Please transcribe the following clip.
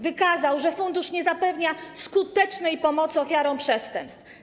Wykazał, że fundusz nie zapewnia skutecznej pomocy ofiarom przestępstw.